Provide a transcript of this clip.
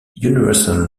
universal